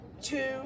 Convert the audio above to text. two